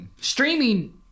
streaming